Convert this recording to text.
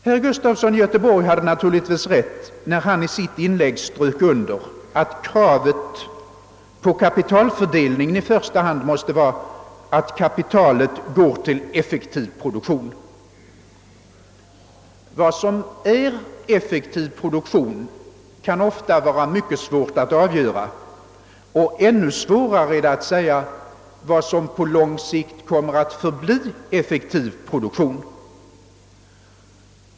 Herr Gustafson i Göteborg hade naturligtvis rätt, när han i sitt inlägg strök under att kravet på kapitalfördelningen i första hand måste vara att kapitalet går till effektiv produktion. Vad som är effektiv produktion kan ofta vara mycket svårt att avgöra; och ännu svårare är det att säga vad som på lång sikt kommer att förbli effektiv produktion.